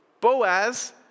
Boaz